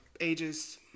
ages